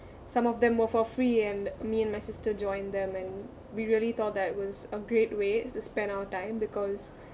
some of them were for free and me and my sister joined them and we really thought that was a great way to spend our time because